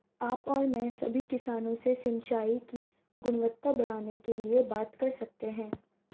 आप और मैं सभी किसानों से सिंचाई की गुणवत्ता बढ़ाने के लिए बात कर सकते हैं